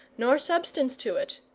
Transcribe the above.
nor substance to it,